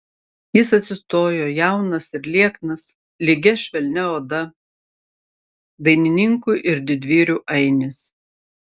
jis atsistojo jaunas ir lieknas lygia švelnia oda dainininkų ir didvyrių ainis